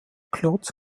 klotz